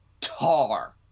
tar